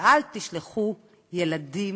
ואל תשלחו ילדים,